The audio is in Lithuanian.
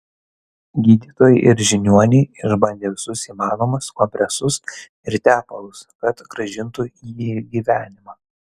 gydytojai ir žiniuoniai išbandė visus įmanomus kompresus ir tepalus kad grąžintų jį į gyvenimą